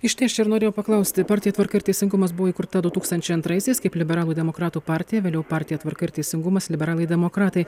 išties čia ir norėjau paklausti partija tvarka ir teisingumas buvo įkurta du tūkstančiai antraisiais kaip liberalų demokratų partija vėliau partija tvarka ir teisingumas liberalai demokratai